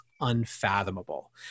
unfathomable